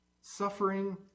suffering